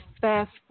fast